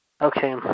Okay